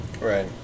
Right